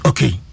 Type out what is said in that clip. Okay